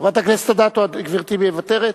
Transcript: חברת הכנסת אדטו, גברתי מוותרת?